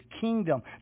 kingdom